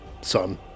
son